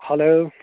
hello